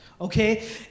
okay